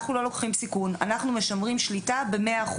אנחנו לא לוקחים סיכון אנחנו משמרים שליטה ב-100%.